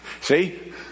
See